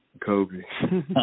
Kobe